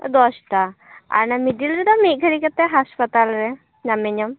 ᱫᱚᱥᱴᱟ ᱟᱨ ᱚᱱᱟ ᱢᱤᱰᱤᱞ ᱨᱮᱫᱚ ᱢᱤᱫ ᱜᱷᱟᱹᱲᱤᱡ ᱠᱟᱛᱮ ᱦᱟᱥᱯᱟᱛᱟᱞᱨᱮ ᱧᱟᱢᱤᱧᱟᱢ